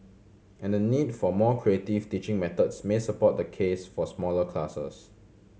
and the need for more creative teaching methods may support the case for smaller classes